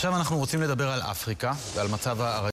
עכשיו אנחנו רוצים לדבר על אפריקה ועל מצב ה....